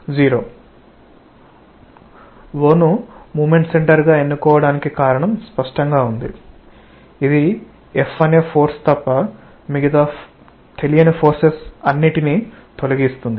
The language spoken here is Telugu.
O ను మోమెంట్ సెంటర్ గా ఎన్నుకోవటానికి కారణం స్పష్టంగా ఉంది ఇది F అనే ఫోర్స్ తప్ప మిగతా తెలియని ఫోర్సెస్ అన్నిటిని తొలగిస్తుంది